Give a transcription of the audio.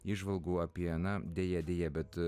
įžvalgų apie na deja deja bet